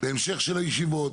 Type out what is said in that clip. והמשך של הישיבות.